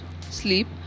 sleep